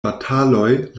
bataloj